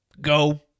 go